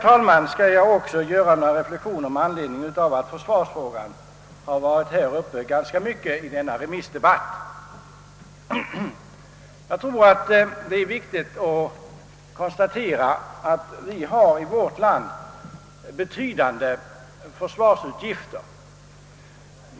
Jag skall också göra några reflexioner med anledning av att försvarsfrågan har berörts ganska mycket i denna remissdebatt. Det är enligt min mening viktigt att konstatera, att vi i vårt land har betydande försvartutgifter.